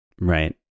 Right